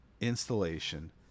installation